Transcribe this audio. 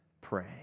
pray